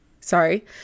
Sorry